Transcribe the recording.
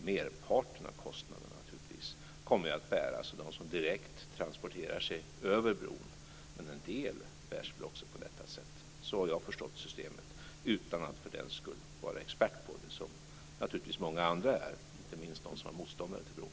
Merparten av kostnaderna kommer naturligtvis att bäras av dem som direkt transporterar sig över bron, men en del bärs också på detta sätt. Så har jag förstått systemet, utan att för den skull vara expert på det - vilket naturligtvis många andra är, inte minst de som är motståndare till bron.